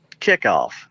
kickoff